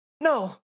no